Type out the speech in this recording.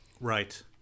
Right